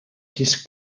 this